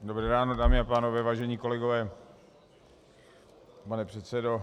Dobré ráno, dámy a pánové, vážení kolegové, pane předsedo.